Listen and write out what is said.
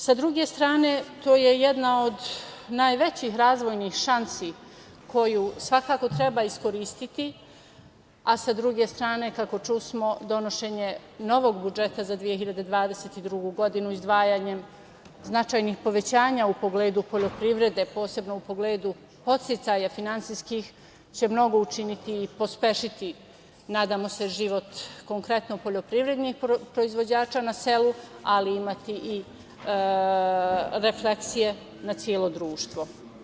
Sa druge strane, to je jedna od najvećih razvojni šansi koju svakako treba iskoristiti, a sa druge strane, kako čusmo, donošenje novog budžeta za 2022. godinu izdvajanjem značajnih povećanja u pogledu poljoprivrede će, posebno u pogledu podsticaja finansijskih, mnogo učiniti i pospešiti, nadamo se, život konkretno poljoprivrednih proizvođača na selu, ali imati i refleksije na celo društvo.